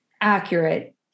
accurate